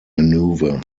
maneuver